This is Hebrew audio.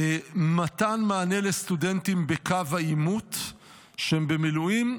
מתן מענה לסטודנטים בקו העימות שהם במילואים,